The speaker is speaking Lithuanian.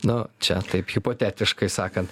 nu čia taip hipotetiškai sakant